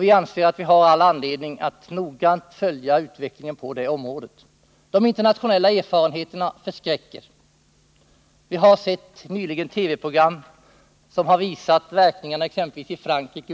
Vi anser att vi har all anledning att noggrant följa utvecklingen på det området. De internationella erfarenheterna förskräcker. TV-program har nyligen visat verkningarna av uranbrytning, exempelvis i Frankrike.